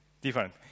different